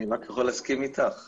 אני רק יכול להסכים איתך.